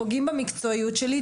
פוגעים במקצועיות שלי,